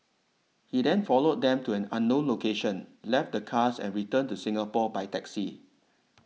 he then followed them to an unknown location left the cars and returned to Singapore by taxi